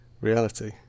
reality